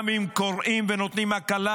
גם אם קוראים ונותנים הקלה,